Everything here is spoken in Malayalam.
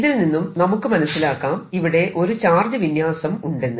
ഇതിൽ നിന്നും നമുക്ക് മനസിലാക്കാം ഇവിടെ ഒരു ചാർജ് വിന്യാസം ഉണ്ടെന്ന്